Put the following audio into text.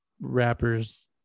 rappers